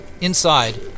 Inside